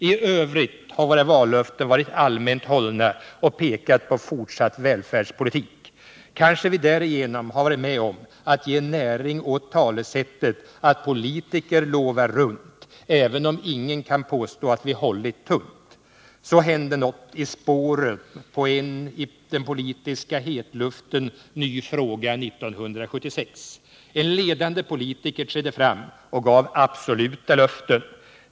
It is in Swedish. I övrigt har våra vallöften varit allmänt hållna och pekat på fortsatt välfärdspolitik. Kanske vi därigenom har varit med om att ge näring åt talesättet att politiker lovar runt, även om ingen kan påstå att vi hållit tunt. Så hände något i spåren på en i den politiska hetluften ny fråga 1976. En ledande politiker trädde fram och gav absoluta löften.